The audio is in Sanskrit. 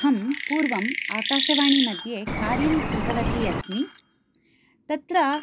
अहं पूर्वं आकाशवाणी मद्ये कार्यं कृतवती अस्मि तत्र